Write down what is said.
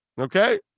Okay